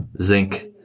zinc